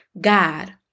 God